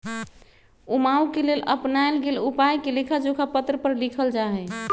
कमाए के लेल अपनाएल गेल उपायके लेखाजोखा पत्र पर लिखल जाइ छइ